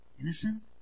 Innocent